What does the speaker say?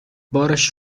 بارش